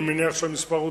אני מניח שהמספר דומה,